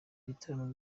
bitaramo